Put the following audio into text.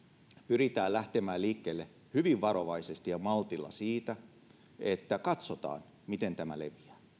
pyritään lähtemään liikkeelle hyvin varovaisesti ja maltilla ja katsotaan miten tämä leviää